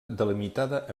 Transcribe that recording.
delimitada